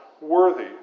worthy